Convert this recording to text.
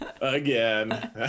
Again